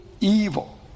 evil